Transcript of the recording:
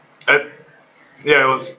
at ya it was